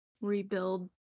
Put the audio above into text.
rebuild